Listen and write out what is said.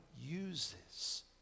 uses